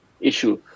issue